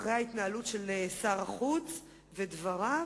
אחרי ההתנהלות של שר החוץ ודבריו,